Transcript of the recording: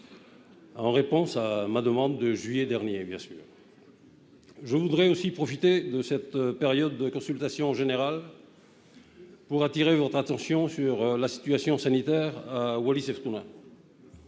en réponse à ma demande de juillet dernier. Je voudrais aussi profiter de cette période de consultations générales pour attirer votre attention sur la situation sanitaire à Wallis-et-Futuna.